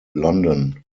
london